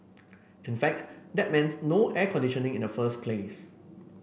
in fact that meant no air conditioning in the first place